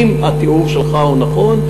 אם התיאור שלך הוא נכון,